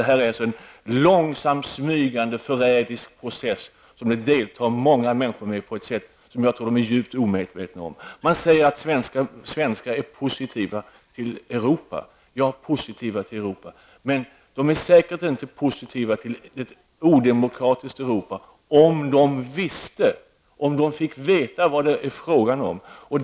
Detta är en långsam, smygande och förrädisk process som många människor deltar i på ett sätt som de är djupt omedvetena om. Man säger att svenskar är positiva till Europa. Ja, de är positiva till Europa, men säkert inte positiva till ett odemokratiskt Europa, om de finge veta vad det är fråga om.